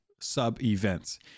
sub-events